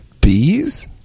Bees